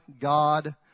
God